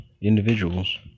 individuals